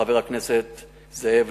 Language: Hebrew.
חבר הכנסת זאב,